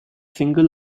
single